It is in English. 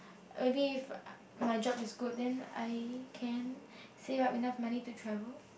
maybe if my job is good then I can save up enough money to travel